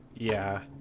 yeah,